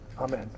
Amen